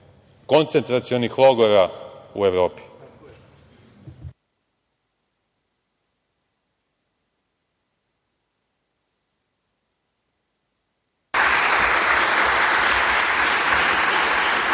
koncentracionih logora u Evropi.